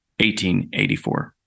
1884